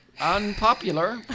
unpopular